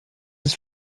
ist